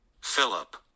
Philip